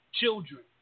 children